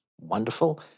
wonderful